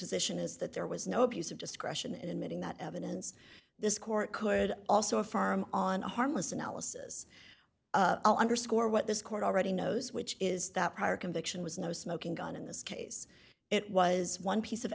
position is that there was no abuse of discretion in admitting that evidence this court could also a farm on a harmless analysis underscore what this court already knows which is that prior conviction was no smoking gun in this case it was one piece of